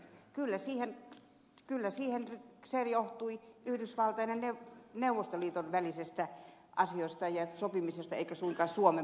kyllä saivat kyllä johtui yhdysvaltojen ja neuvostoliiton välisistä asioista ja sopimisesta eikä suinkaan suomen panoksesta